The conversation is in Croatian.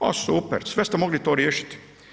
Ma super, sve ste mogli to riješiti.